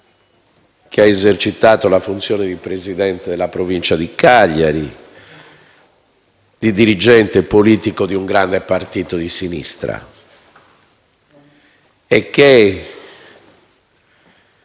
ed ha esercitato la funzione di presidente della Provincia di Cagliari, di dirigente politico di un grande partito di sinistra.